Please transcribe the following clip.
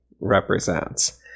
represents